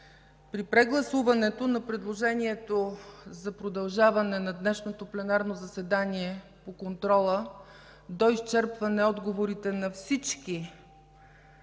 при прегласуването на предложението за продължаване на днешното пленарно заседание по контрола до изчерпване отговорите на всички